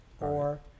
or-